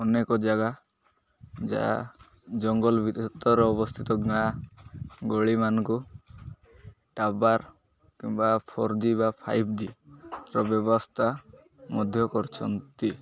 ଅନେକ ଜାଗା ଯାହା ଜଙ୍ଗଲ ଭତର ଅବସ୍ଥିତ ଗାଁ ଗଳିମାନଙ୍କୁ ଟାୱାର୍ କିମ୍ବା ଫୋର୍ ଜି ବା ଫାଇଭ୍ ଜି'ର ବ୍ୟବସ୍ଥା ମଧ୍ୟ କରଛନ୍ତି